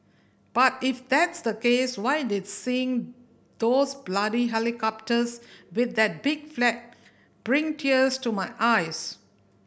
but if that's the case why did seeing those bloody helicopters with that big flag bring tears to my eyes